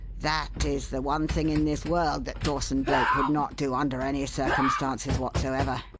that is the one thing in this world that dawson-blake would not do under any circumstances whatsoever.